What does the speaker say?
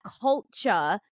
culture